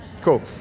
Cool